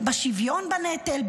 בשוויון בנטל,